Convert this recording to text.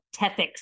tethics